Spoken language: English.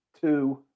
two